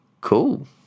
Cool